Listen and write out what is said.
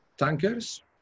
tankers